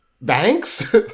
banks